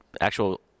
actual